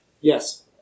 Yes